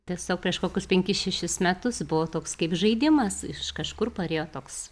tiesiog prieš kokius penkis šešis metus buvo toks kaip žaidimas iš kažkur parėjo toks